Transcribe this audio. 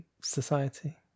society